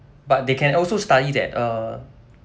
but they can also study that uh